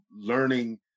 learning